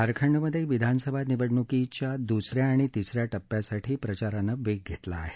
झारखंडमधे विधानसभा निवडणुकीच्या दुसऱ्या आणि तिसऱ्या टप्प्यासाठी प्रचारानं वेग घेतला आहे